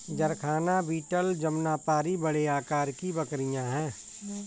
जरखाना बीटल जमुनापारी बड़े आकार की बकरियाँ हैं